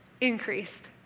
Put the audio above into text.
Increased